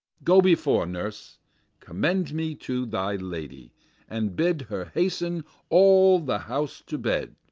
go before, nurse commend me to thy lady and bid her hasten all the house to bed,